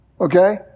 Okay